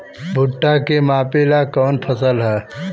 भूट्टा के मापे ला कवन फसल ह?